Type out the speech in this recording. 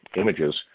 images